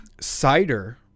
cider